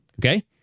okay